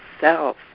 self